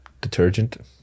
detergent